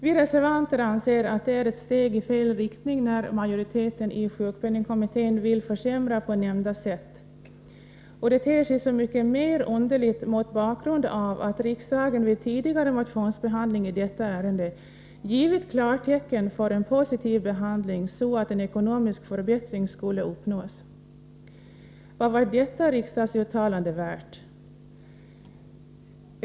Vi reservanter anser att det är ett steg i fel riktning när majoriteten i sjukpenningkommittén vill försämra på nämnda sätt, och det ter sig så mycket mer underligt mot bakgrund av att riksdagen vid tidigare motionsbehandling när det gäller detta ärende givit klartecken för en positiv behandling, så att en ekonomisk förbättring skulle uppnås. Vad var detta riksdagsuttalande värt?